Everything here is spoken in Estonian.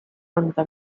anda